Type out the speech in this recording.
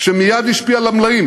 שמייד השפיע על המלאים.